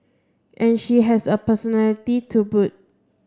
and she has a personality to boot